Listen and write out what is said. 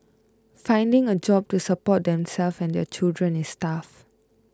finding a job to support themselves and their children is tough